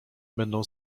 będą